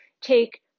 take